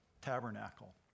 tabernacle